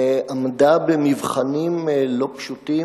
ועמדה במבחנים לא פשוטים,